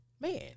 man